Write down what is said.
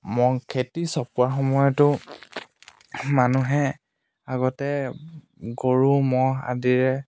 খেতি চপোৱাৰ সময়তো মানুহে আগতে গৰু ম'হ আদিৰে